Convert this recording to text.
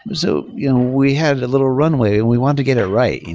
but so you know we had a little runway and we want to get it right. and